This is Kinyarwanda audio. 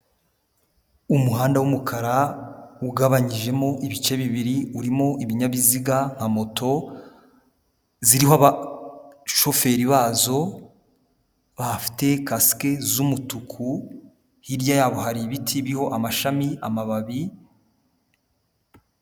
Umuhanda w'umukara ugabanyijemo ibice bibiri urimo ibinyabiziga nka moto ziriho abashoferi bazo, bafite kasike z'umutuku, hirya yabo hari ibiti biriho amashami, amababi.